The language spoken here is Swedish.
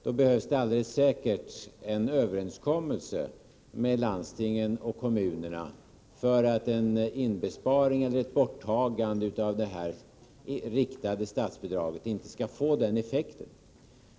Då behövs det alldeles säkert en överenskommelse med landstingen och kommunerna för att en inbesparing eller ett borttagande av det här nämnda statsbidraget inte skall få den effekten.